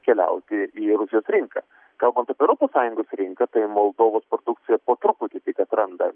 keliauti į rusijos rinką kalbant apie europos sąjungos rinką tai moldovos produkcija po truputį tik atranda